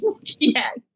Yes